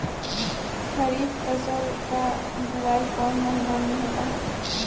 खरीफ फसल क बुवाई कौन महीना में होला?